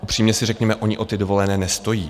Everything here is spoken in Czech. Upřímně si řekněme, oni o ty dovolené nestojí.